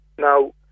Now